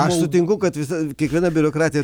aš sutinku kad visa kiekviena biurokratija